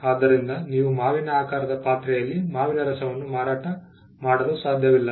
ಆದ್ದರಿಂದ ನೀವು ಮಾವಿನ ಆಕಾರದ ಪಾತ್ರೆಯಲ್ಲಿ ಮಾವಿನ ರಸವನ್ನು ಮಾರಾಟ ಮಾಡಲು ಸಾಧ್ಯವಿಲ್ಲ